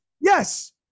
yes